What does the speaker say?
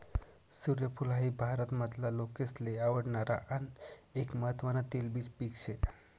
सूर्यफूल हाई भारत मधला लोकेसले आवडणार आन एक महत्वान तेलबिज पिक से